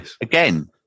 again